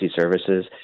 services